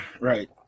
Right